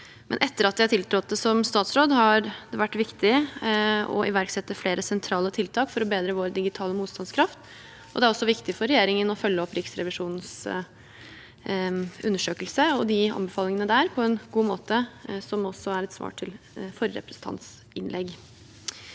men etter at jeg tiltrådte som statsråd, har det vært viktig å iverksette flere sentrale tiltak for å bedre vår digitale motstandskraft, og det er også viktig for regjeringen å følge opp Riksrevisjonens undersøkelse og de anbefalingene på en god måte, noe som også er et svar til forrige representants innlegg.